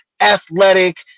athletic